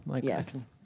Yes